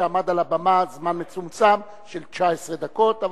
שעמד על הבמה זמן מצומצם של 19 דקות.